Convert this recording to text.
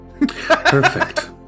Perfect